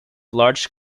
large